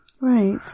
right